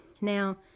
Now